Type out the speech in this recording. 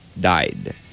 died